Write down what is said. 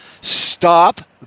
stop